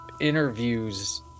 interviews